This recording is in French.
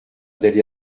d’aller